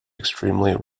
extremely